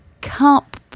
Cup